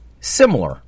similar